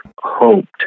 hoped